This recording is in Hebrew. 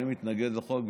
אני מתנגד לחוק,